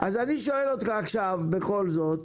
אני שואל אותך עכשיו בכל זאת.